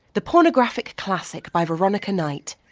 the pornographic classic by veronica knight.